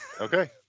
okay